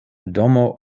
domo